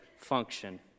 function